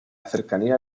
cercanía